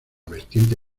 vertiente